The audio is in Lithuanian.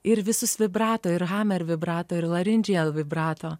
ir visus vibrato ir hammer vibrato laryngeal vibrato